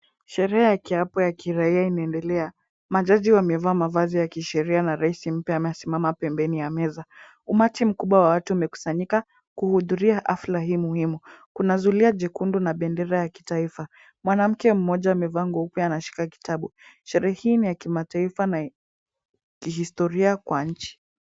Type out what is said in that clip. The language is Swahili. Sherehe ya kiapo ya kiraia inaendelea. Majaji wamevaa mavazi ya kisheria na rais mpya amesimama pembeni ya meza. Umati mkubwa wa watu umekusanyika kuhudhuria hafla hii muhimu. Kuna zulia jekundu na bendera ya kitaifa. Mwanamke mmoja amevaa nguo nyeupe ameshika kitabu. Sheria hii ni ya kimataifa na kihistoria kwa nchi.